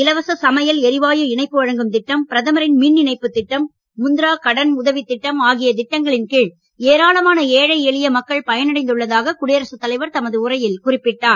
இலவச சமையல் எரிவாயு இணைப்பு வழங்கும் திட்டம் பிரதமரின் மின்இணைப்பு திட்டம் முத்திரா கடன் உதவி திட்டம் ஆகிய திட்டங்களின் கீழ் ஏராளமான ஏழை எளிய மக்கள் பயனடைந்துள்ளதாக குடியரசுத் தலைவர் தமது உரையில் குறிப்பிட்டார்